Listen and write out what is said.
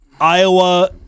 Iowa